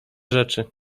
rzeczy